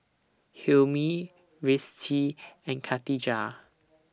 Hilmi Rizqi and Katijah